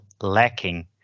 lacking